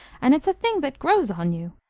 and it's a thing that grows on you.